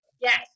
Yes